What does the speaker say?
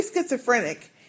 schizophrenic